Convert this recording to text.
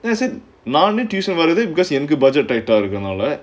I said நானே:naanae tuition வரது:varathu because எனக்கு:enakku budget இடிக்கிர நால:idikkira naala